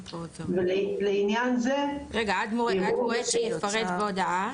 ולעניין זה --- רגע, עד מועד שיפרט בהודעה